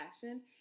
fashion